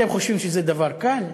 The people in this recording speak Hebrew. אתם חושבים שזה דבר קל?